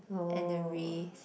and the rays